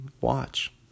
watch